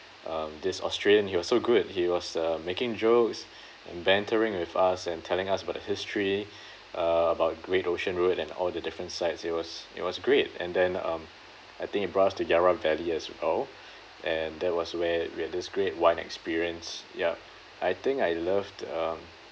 um this australian he was so good he was uh making jokes and bantering with us and telling us about the history uh about great ocean road and all the different sites it was it was great and then um I think he brought us to yarra valley as well and that was where we had this great wine experience yup I think I love uh